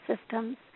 systems